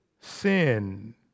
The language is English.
sin